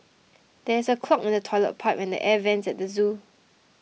there is a clog in the Toilet Pipe and the Air Vents at the zoo